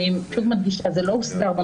אין שום אפשרות לעשות אם הבגירה לא מסכימה.